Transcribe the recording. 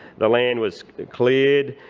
the land was cleared.